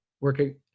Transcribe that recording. working